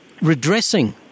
redressing